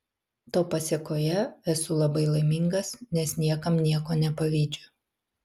to pasėkoje esu labai laimingas nes niekam nieko nepavydžiu